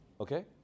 okay